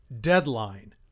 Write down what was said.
deadline